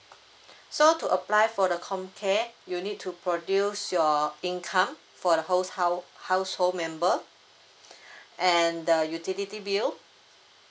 so to apply for the comcare you need to produce your income for the whole house household member and the utility bill